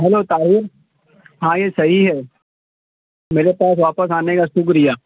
hello Tahir ہاں یہ صحیح ہے میرے پاس واپس آنے کا شکریہ